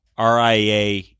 RIA